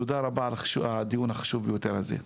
תודה רבה על הדיון לך החשוב ביותר הזה.